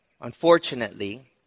Unfortunately